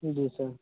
जी sir